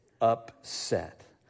upset